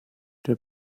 der